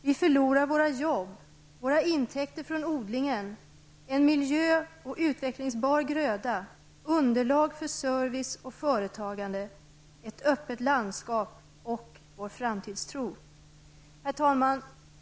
Vi förlorar våra jobb, våra intäkter från odlingen, en miljö och utvecklingsbar gröda, underlag för service och företagande, ett öppet landskap och vår framtidstro.'' Herr talman!